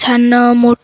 छान मोठं